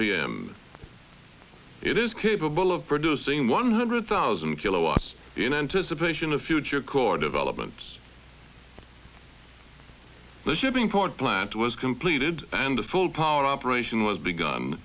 p m it is capable of producing one hundred thousand kilowatts in anticipation of future court developments the shipping port plant was completed and the full power operation was be